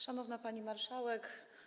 Szanowna Pani Marszałek!